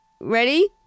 ready